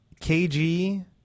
KG